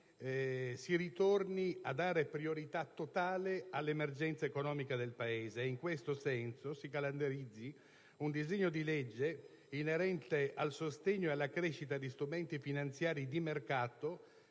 si ritorni a dare priorità totale all'emergenza economica del Paese ed in questo senso si calendarizzi un disegno di legge inerente allo sviluppo di strumenti finanziari di mercato